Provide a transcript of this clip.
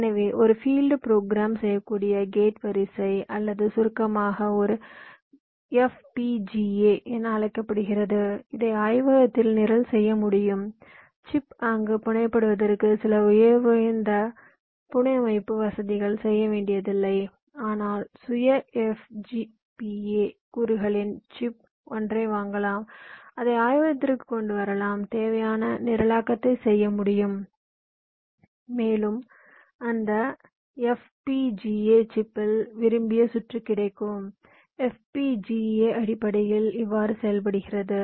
எனவே ஒரு field program செய்யக்கூடிய கேட் வரிசை அல்லது சுருக்கமாக ஒரு FPGA என அழைக்கப்படுகிறது இதை ஆய்வகத்தில் நிரல் செய்ய முடியும் சிப் அங்கு புனையப்படுவதற்கு சில விலையுயர்ந்த புனையமைப்பு வசதிகளை செய்ய வேண்டியதில்லை ஆனால் சுய FPGA கூறுகளின் சிப் ஒன்றை வாங்கலாம் அதை ஆய்வகத்திற்கு கொண்டு வரலாம் தேவையான நிரலாக்கத்தை செய்ய முடியும் மேலும் அந்த FPGA சிப்பில் விரும்பிய சுற்று கிடைக்கும் FPGA அடிப்படையில் இவ்வாறு செயல்படுகிறது